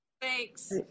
Thanks